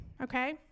Okay